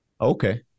Okay